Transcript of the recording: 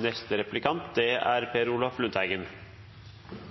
Senterpartiet har aldri brukt så sterke ord i noen innstilling tidligere som når vi skriver at statsråden feilinformerer angående samordningsfella. Derfor mener vi alvor, og det er